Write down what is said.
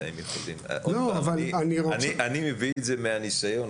אני מביא את זה מניסיון.